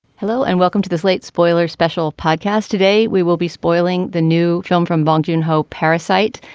hello and welcome to this late spoiler special podcast today. we will be spoiling the new film from bong joon ho parasite.